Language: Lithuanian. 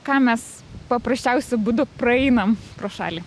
ką mes paprasčiausiu būdu praeinam pro šalį